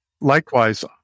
Likewise